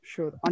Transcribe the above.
Sure